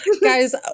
Guys